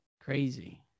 crazy